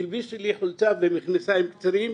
הלבישו לי חולצה ומכנסיים קצרים,